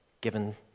given